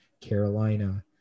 Carolina